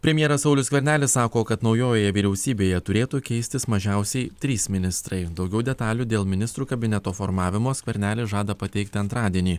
premjeras saulius skvernelis sako kad naujojoje vyriausybėje turėtų keistis mažiausiai trys ministrai daugiau detalių dėl ministrų kabineto formavimo skvernelis žada pateikti antradienį